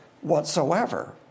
whatsoever